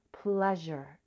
pleasure